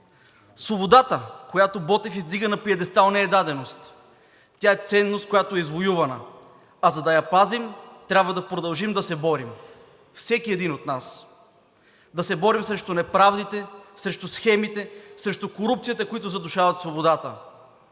Свободата, която Ботев издига на пиедестал, не е даденост. Тя е ценност, която е извоювана, а за да я пазим, трябва да продължим да се борим – всеки един от нас, да се борим срещу неправдите, срещу схемите, срещу корупцията, които задушават свободата.